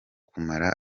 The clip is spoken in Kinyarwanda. kumara